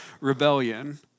rebellion